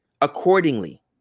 accordingly